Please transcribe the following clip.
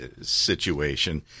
situation